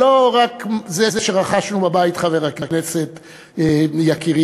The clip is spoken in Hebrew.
לא רק זה שרכשנו בבית, חבר הכנסת יקירי,